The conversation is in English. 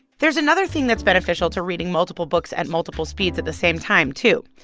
there's another thing that's beneficial to reading multiple books at multiple speeds at the same time, too.